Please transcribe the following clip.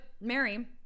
Mary